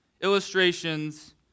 illustrations